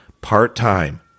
part-time